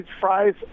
fries